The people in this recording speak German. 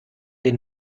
den